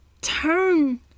turn